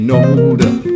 older